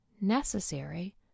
necessary